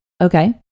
okay